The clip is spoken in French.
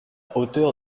hauteur